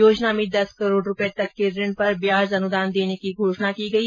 योजना में दस करोड रूपये तक के ऋण पर ब्याज अनुदान देने की घोषणा भी की गई